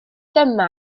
dyma